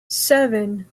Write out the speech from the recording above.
seven